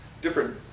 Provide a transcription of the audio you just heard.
different